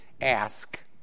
ask